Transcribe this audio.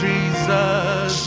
Jesus